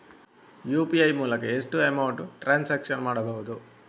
UPI ಮೂಲಕ ಎಷ್ಟು amount transaction ಮಾಡಬಹುದು?